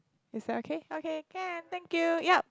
is that okay okay can thank you yup